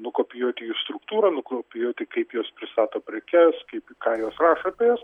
nukopijuoti jų struktūrą nukopijuoti kaip jos pristato prekes kaip ką jos rašo apie jas